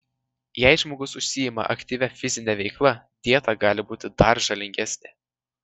jei žmogus užsiima aktyvia fizine veikla dieta gali būti dar žalingesnė